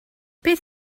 beth